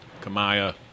Kamaya